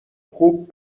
خوب